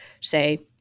say